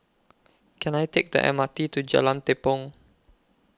Can I Take The M R T to Jalan Tepong